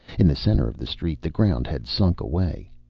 in the center of the street the ground had sunk away.